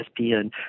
ESPN